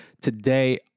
Today